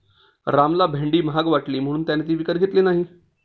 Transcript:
रामला भेंडी महाग वाटली म्हणून त्याने ती विकत घेतली नाही